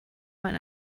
man